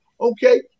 Okay